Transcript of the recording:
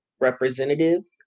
representatives